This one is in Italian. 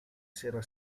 sera